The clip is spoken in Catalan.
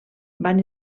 van